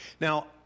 Now